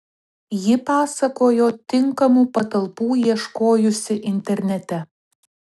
ji pasakojo tinkamų patalpų ieškojusi internete